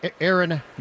Aaron